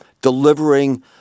delivering